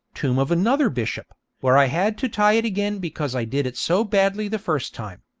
tomb of another bishop, where i had to tie it again because i did it so badly the first time.